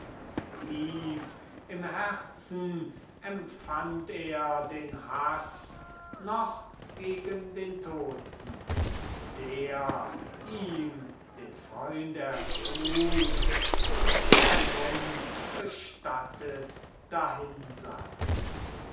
tief im herzen empfand er den haß noch gegen den toten der ihm den freund erschlug und der nun bestattet dahin sank